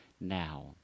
now